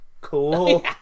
Cool